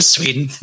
Sweden